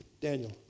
Daniel